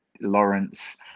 Lawrence